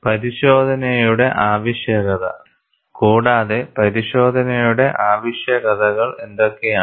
പരിശോധനയുടെ ആവശ്യകത കൂടാതെ പരിശോധനയുടെ ആവശ്യകതകൾ എന്തൊക്കെയാണ്